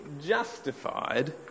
justified